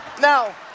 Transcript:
now